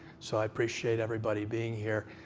so i appreciate everybody being here.